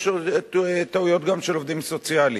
יש טעויות גם של עובדים סוציאליים,